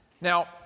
Now